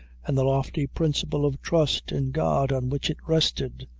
and the lofty principle of trust in god, on which it rested,